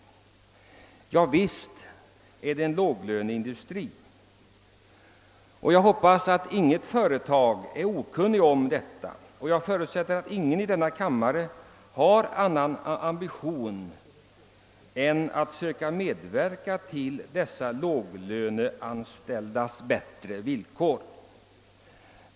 Det är riktigt att det är en låglöneindustri och inget företag torde vara okunnigt om detta. Jag förutsätter att ingen i denna kammare har annan ambition än att söka medverka till bättre villkor för dessa låglöneanställda.